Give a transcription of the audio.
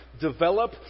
develop